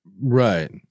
Right